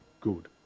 good